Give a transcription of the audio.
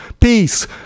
Peace